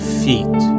feet